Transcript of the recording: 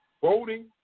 voting